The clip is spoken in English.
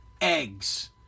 eggs